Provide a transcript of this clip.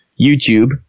YouTube